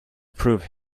prove